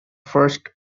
first